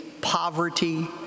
poverty